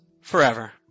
forever